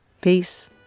Peace